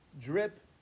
drip